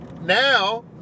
Now